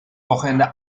wochenende